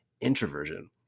introversion